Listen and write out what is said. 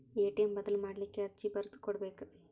ATM ಬದಲ್ ಮಾಡ್ಲಿಕ್ಕೆ ಅರ್ಜಿ ಬರ್ದ್ ಕೊಡ್ಬೆಕ